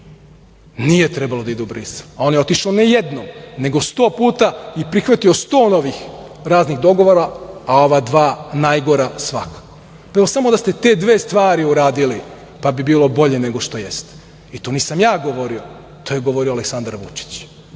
nije trebalo da ide u Brisel. A on je otišao, ne jednom, nego sto puta i prihvatio sto novih raznih dogovora, a ova dva najgora svakako. Samo da ste te dve stvari uradili, bilo bi bolje nego što jeste. I to nisam ja govorio, to je govorio Aleksandar Vučić.